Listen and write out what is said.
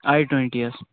I twenty حظ